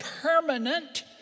permanent